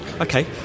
Okay